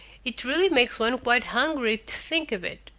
it really makes one quite hungry to think of it.